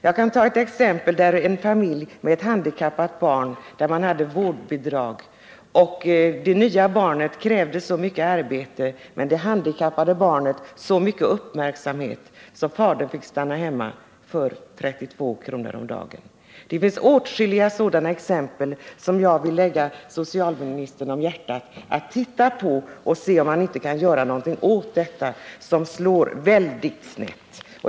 Jag kan ta ett exempel, där en familj med ett handikappat barn hade vårdbidrag. Det nya barnet krävde så mycket arbete och det handikappade barnet så mycket uppmärksamhet att fadern fick stanna hemma för 32 kr. om dagen. Det finns åtskilliga sådana exempel som jag vill lägga socialministern om hjärtat att titta på för att se om han inte kan göra någonting åt detta som slår så snett.